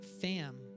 FAM